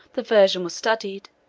the version was studied,